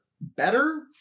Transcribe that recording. better